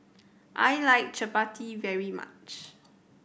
I like chappati very much